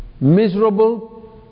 Miserable